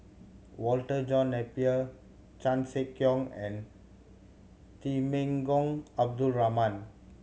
Walter John Napier Chan Sek Keong and Temenggong Abdul Rahman